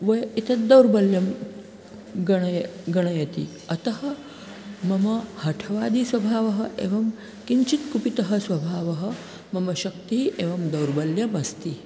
वयं एतद् दौर्बल्यं गणय गणयति अतः मम हठवादिस्वभावः एवं किञ्चित् कुपितस्वभावः मम शक्तिः एवं दौर्बल्यम् अस्ति